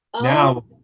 Now